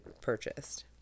purchased